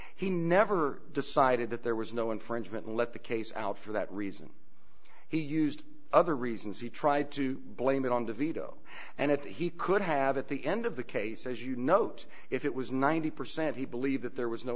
he never decided that there was no infringement let the case out for that reason he used other reasons he tried to blame it on the veto and if he could have at the end of the case as you note if it was ninety percent he believed that there was no